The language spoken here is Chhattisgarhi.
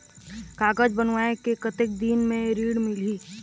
कागज बनवाय के कतेक दिन मे ऋण मिलही?